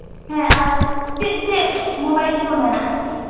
ᱦᱮᱸ ᱟᱨ ᱪᱮᱫ ᱪᱮᱫ ᱢᱳᱵᱟᱭᱤᱞ ᱠᱚ ᱢᱮᱱᱟᱜᱼᱟ